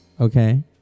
okay